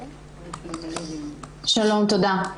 שלום, תודה.